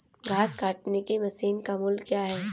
घास काटने की मशीन का मूल्य क्या है?